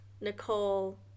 Nicole